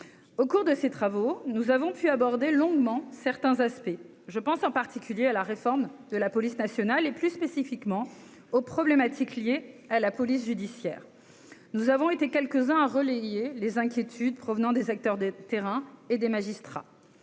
au cours de ces travaux, nous avons pu aborder longuement certains aspects, je pense en particulier à la réforme de la police nationale et plus spécifiquement aux problématiques liées à la police judiciaire, nous avons été quelques-uns à relayer les inquiétudes provenant des acteurs de terrain et des magistrats